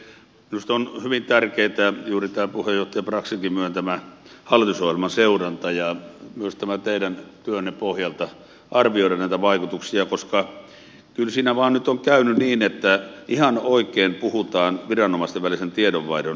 minusta on hyvin tärkeää juuri tämä puheenjohtaja braxinkin myöntämä hallitusohjelman seuranta ja on tärkeää myös tämän teidän työnne pohjalta arvioida näitä vaikutuksia koska kyllä siinä vain nyt on käynyt niin että ihan oikein puhutaan viranomaisten välisen tiedonvaihdon parantamisesta